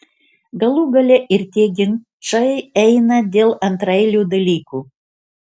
galų gale ir tie ginčai eina dėl antraeilių dalykų